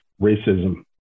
racism